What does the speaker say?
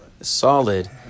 Solid